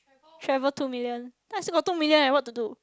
travel two million then I still got two million leh what to do